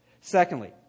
secondly